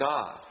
God